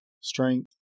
strength